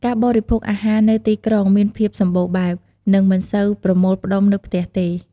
ការបរិភោគអាហារនៅទីក្រុងមានភាពសម្បូរបែប និងមិនសូវប្រមូលផ្ដុំនៅផ្ទះទេ។